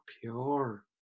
pure